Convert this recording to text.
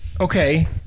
Okay